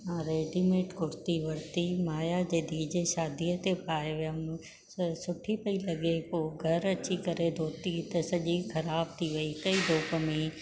मां रेडीमेड कुर्ती वरिती माया जे धीउ जे शादीअ ते पाए वियमि सुठी पई लॻे पोइ घरु अची करे धोती त सॼी ख़राब थी वई हिक ई धोप में